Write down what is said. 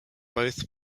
both